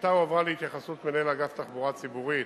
השאילתא הועברה להתייחסות מנהל אגף תחבורה ציבורית